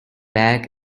back